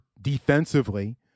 defensively